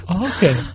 Okay